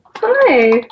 Hi